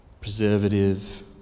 Preservative